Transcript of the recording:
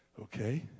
Okay